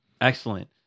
Excellent